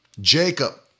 Jacob